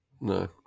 No